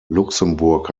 luxemburg